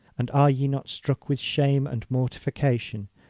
and are ye not struck with shame and mortification,